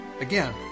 Again